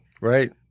Right